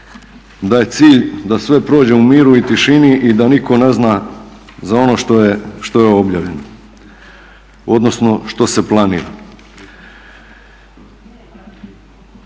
da je cilj da sve prođe u miru i tišini i da nitko ne zna za ono što je objavljeno, odnosno što se planira.